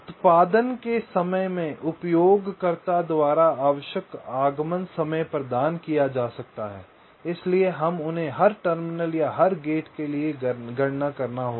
उत्पादन के संबंध में उपयोगकर्ता द्वारा आवश्यक आगमन समय प्रदान किया जा सकता है इसलिए हमें उन्हें हर टर्मिनल या हर गेट के लिए गणना करना होगा